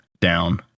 down